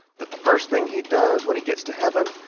that the first thing he does when he gets to heaven,